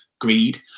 greed